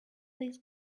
this